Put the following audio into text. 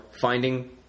finding